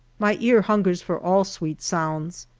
my ear hungers for all sweet sounds.